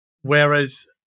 Whereas